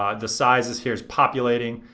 um the sizes here's populating,